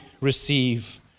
receive